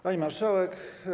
Pani Marszałek!